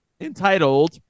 entitled